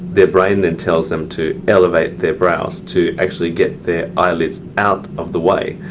their brain then tells them to elevate their brows to actually get their eyelids out of the way.